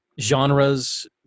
genres